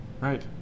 Right